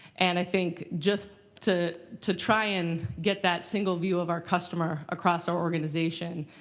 and i think just to to try and get that single view of our customer across our organization,